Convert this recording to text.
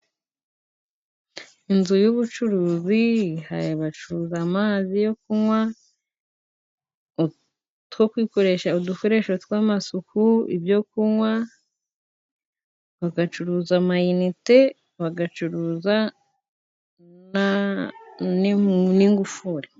Inzu y'ubucuruzi, aha bacuraza amazi yo kunywa two kwikoresha udukoresho tw'amasoku, ibyo kunywa, bagacuruza amayinite, bagacuruza n'ingufuri.